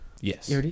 Yes